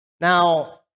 Now